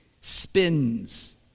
spins